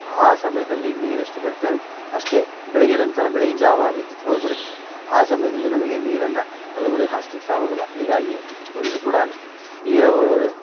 ಆ ಸಮಯದಲ್ಲಿ ನೀರು ಎಷ್ಟು ಬರುತ್ತೆ ಅಷ್ಟೆ ಬೆಳಗ್ಗೆ ನಂತರ ಬೆಳಿಗಿನ ಜಾವ ವಿದ್ಯುತ್ ಹೋಗ್ಬಿಡುತತೆ ಆ ಸಮಯದಲ್ಲಿ ನಮಗೆ ನೀರನ್ನ ಹೊಲಗಳಿಗೆ ಹಾಸ್ಲಿಕ್ಕೆ ಆಗುದಿಲ್ಲ ಹೀಗಾಗಿ ತೊಂದರೆ ಕೂಡ ಆಗತ್ತೆ ಈ ಯಾವ